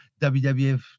wwf